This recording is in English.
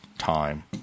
Time